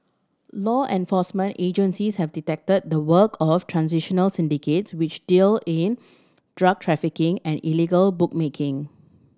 law enforcement agencies have detected the work of transnational syndicates which deal in drug trafficking and illegal bookmaking